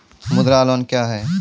मुद्रा लोन क्या हैं?